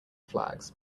flags